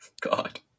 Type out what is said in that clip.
god